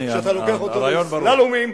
אתה לוקח אותנו בסלאלומים,